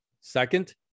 Second